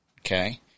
okay